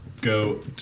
go